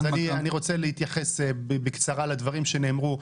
אז אני רוצה להתייחס בקצרה לדברים שנאמרו,